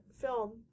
film